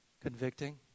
Convicting